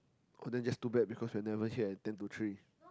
oh then just too bad because you are never here at ten to three